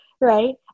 right